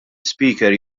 ispeaker